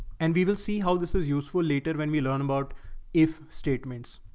and we will see how this is useful later when we learn about if statements.